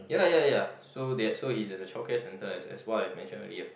ya lah ya ya ya so that so he's in a childcare center as as what I mention already ah